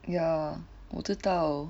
ya 我知道